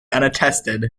unattested